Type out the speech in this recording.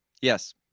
Yes